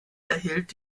erhielt